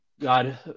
God